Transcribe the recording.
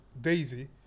daisy